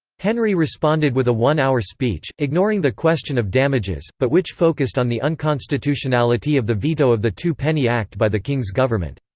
henry responded with a one-hour speech, ignoring the question of damages, but which focused on the unconstitutionality of the veto of the two penny act by the king's government.